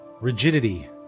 rigidity